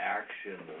action